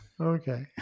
Okay